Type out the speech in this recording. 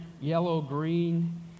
yellow-green